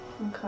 okay